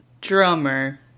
drummer